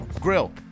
Grill